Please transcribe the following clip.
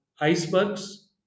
icebergs